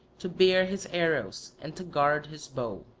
to bear his arrows and to guard his bow.